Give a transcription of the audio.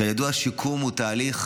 כידוע, שיקום הוא תהליך